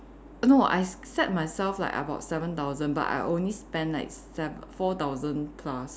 no I set myself like about seven thousand but I only spend like sev~ four thousand plus